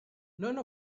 none